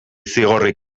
zigorrik